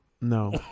No